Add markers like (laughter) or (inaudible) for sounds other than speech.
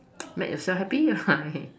make yourself happy ah (noise)